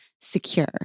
secure